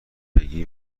بگی